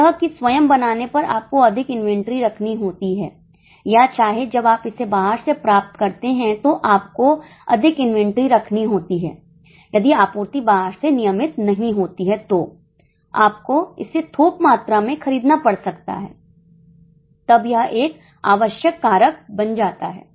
यह कि स्वयं बनाने पर आपको अधिक इन्वेंट्री रखनी होती है या चाहे जब आप इसे बाहर से प्राप्त करते हैं तो आपको अधिक इन्वेंट्री रखनी होती है यदि आपूर्ति बाहर से नियमित नहीं होती है तो आपको इसे थोक मात्रा में खरीदना पड़ सकता है तब यह एक आवश्यक कारक बन जाता है